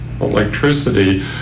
electricity